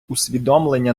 усвідомлення